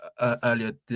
earlier